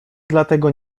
dlatego